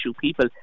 People